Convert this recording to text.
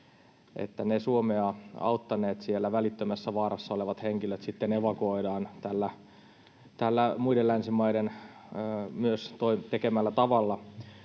että ne Suomea auttaneet, siellä välittömässä vaarassa olevat henkilöt sitten evakuoidaan tällä myös muiden länsimaiden tekemällä tavalla.